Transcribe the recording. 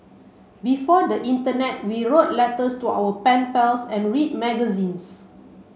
before the internet we wrote letters to our pen pals and read magazines